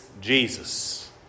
Jesus